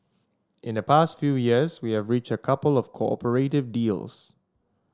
in the past few years we have reached a couple of cooperating deals